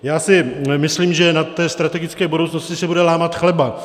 Já si myslím, že na té strategické budoucnosti se bude lámat chleba.